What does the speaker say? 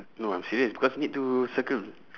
no I'm serious because need to circle